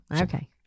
Okay